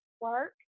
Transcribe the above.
work